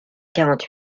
quarante